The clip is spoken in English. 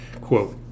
Quote